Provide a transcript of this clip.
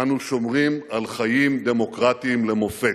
אנו שומרים על חיים דמוקרטיים למופת,